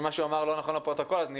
שמה שהוא אמר לפרוטוקול הוא לא נכון,